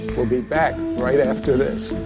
we'll be back right after this.